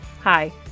Hi